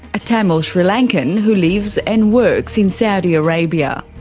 a tamil sri lankan who lives and works in saudi arabia.